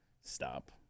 Stop